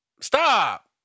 Stop